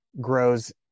grows